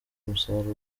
umusaruro